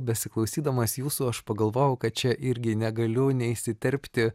besiklausydamas jūsų aš pagalvojau kad čia irgi negaliu neįsiterpti